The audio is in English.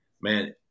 Man